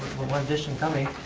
one addition coming.